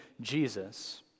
Jesus